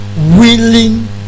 willing